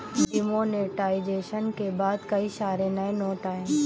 demonetisation के बाद कई सारे नए नोट आये